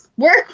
Work